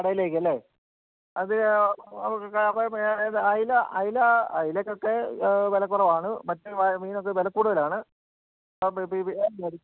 കടയിലേക്കല്ലേ അത് അയില അയില അയിലക്കൊക്കെ വിലക്കുറവാണ് മറ്റേ മീനൊക്കെ വിലക്കൂടുതലാണ്